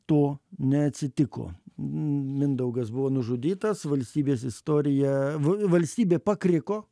to neatsitiko mindaugas buvo nužudytas valstybės istorija v v valstybė pakriko